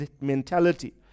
mentality